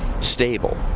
stable